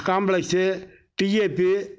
complex tap